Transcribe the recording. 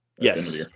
Yes